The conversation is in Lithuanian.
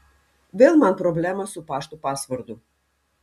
vėl man problemos su pašto pasvordu